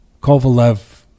Kovalev